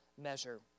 measure